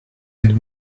with